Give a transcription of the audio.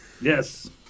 Yes